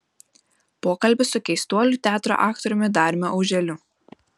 pokalbis su keistuolių teatro aktoriumi dariumi auželiu